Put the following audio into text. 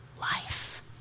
life